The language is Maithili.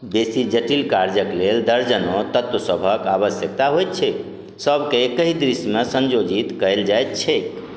बेसी जटिल कार्यक लेल दर्जनो तत्व सभक आवश्यकता होइत छैक सभके एकहि दृश्यमे संयोजित कयल जाइत छैक